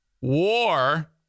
war